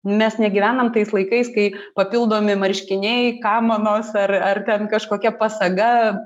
mes negyvenam tais laikais kai papildomi marškiniai kamanos ar ar ten kažkokia pasaga